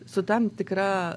su tam tikra